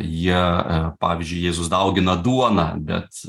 jie pavyzdžiui jėzus daugina duoną bet